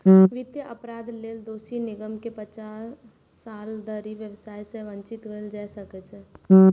वित्तीय अपराध लेल दोषी निगम कें पचास साल धरि व्यवसाय सं वंचित कैल जा सकै छै